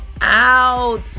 out